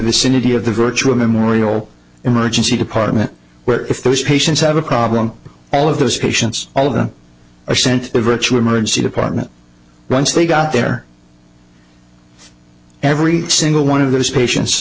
vicinity of the virtual memorial emergency department where if those patients have a problem all of those patients all of them are sent to a virtual emergency department once they got there every single one of those patien